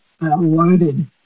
loaded